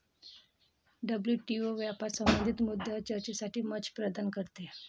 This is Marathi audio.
डब्ल्यू.टी.ओ व्यापार संबंधित मुद्द्यांवर चर्चेसाठी मंच प्रदान करते